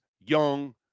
young